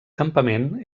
campament